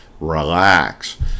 relax